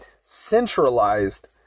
centralized